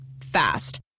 Fast